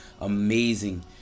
amazing